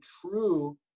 true